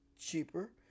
cheaper